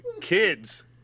kids